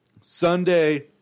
Sunday